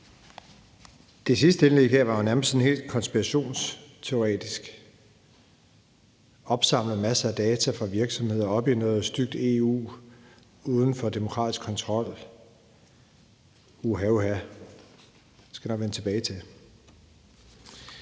Det sidste indlæg her var jo nærmest sådan helt konspirationsteoretisk om, at der blev opsamlet masser af data fra virksomheder til noget stygt EU uden for demokratisk kontrol – uha uha. Det skal jeg nok vende tilbage til.